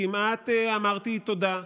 כמעט אמרתי תודה,